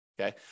Okay